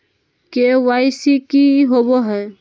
KYC की होबो है?